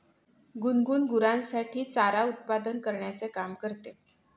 गुनगुन गुरांसाठी चारा उत्पादन करण्याचे काम करते